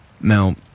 Now